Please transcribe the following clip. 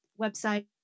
Website